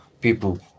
people